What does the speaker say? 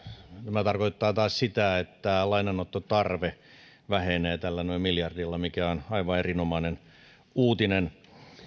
tämä tarkoittaa taas sitä että lainanottotarve vähenee tällä noin miljardilla mikä on aivan erinomainen uutinen